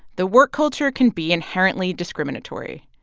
the work culture can be inherently discriminatory.